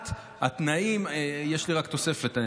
יש לי רק תוספת,